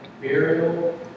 burial